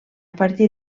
partir